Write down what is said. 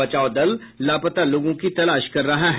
बचाव दल लापता लोगों की तलाश कर रहा है